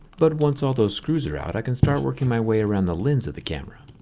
but once all those screws are out i can start working my way around the lens of the camera.